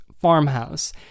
farmhouse